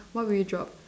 what will you drop